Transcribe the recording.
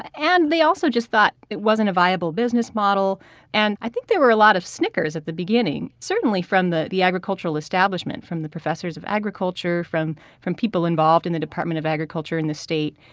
and they also just thought it wasn't a viable business model and i think there were a lot of snickers at the beginning, certainly from the the agricultural establishment, from the professors of agriculture, from from people involved in the department of agriculture in the state.